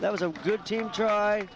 that was a good team try